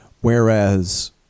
whereas